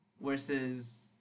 Versus